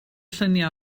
lluniau